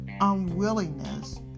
unwillingness